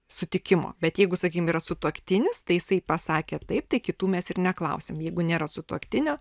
sutikimo bet jeigu sakykim yra sutuoktinis tai jisai pasakė taip tai kitų mes ir neklausiam jeigu nėra sutuoktinio